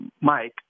Mike